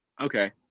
Okay